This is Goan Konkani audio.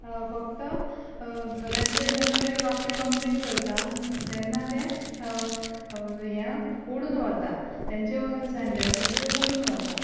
फक्त तेंचे जेन्ना ते वाक्य कंप्लीट करता तेन्ना ते हें ओडून व्हरता तेंच्यो सेन्टेंस आसा त्यो ओडून व्हरता